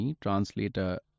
Translator